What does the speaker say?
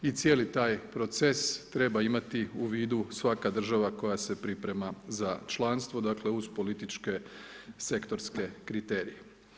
I cijeli taj proces treba imati u vidu, svaka država koja se priprema za članstvo, dakle, uz političke, sektorske kriterije.